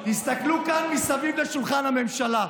תסתכלו כאן מסביב לשולחן הממשלה,